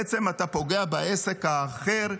בעצם פוגעים בעסק האחר,